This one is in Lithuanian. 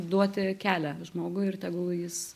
duoti kelią žmogui ir tegul jis